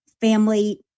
family